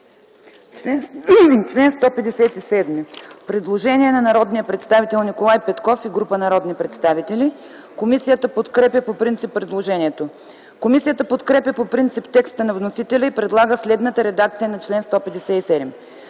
121 има предложение от народния представител Николай Петков и група народни представители. Комисията подкрепя предложението. Комисията подкрепя по принцип текста на вносителя и предлага следната редакция на чл. 121: